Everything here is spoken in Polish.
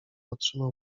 otrzymał